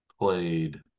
Played